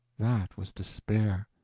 that was despair.